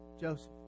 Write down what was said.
Joseph